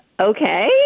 Okay